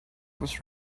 was